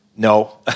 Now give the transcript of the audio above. No